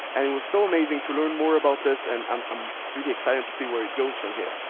and it was so amazing to learn more about this. and i'm um really excited to see where it goes from here.